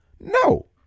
No